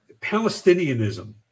Palestinianism